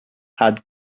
had